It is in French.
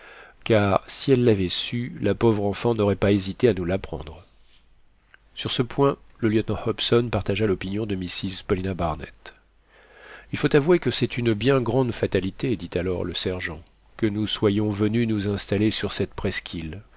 car si elle l'avait su la pauvre enfant n'aurait pas hésité à nous l'apprendre sur ce point le lieutenant hobson partagea l'opinion de mrs paulina barnett il faut avouer que c'est une bien grande fatalité dit alors le sergent que nous soyons venus nous installer sur cette presqu'île